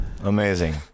Amazing